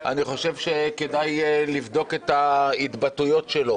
אני חושב שכדאי לבדוק את ההתבטאויות שלו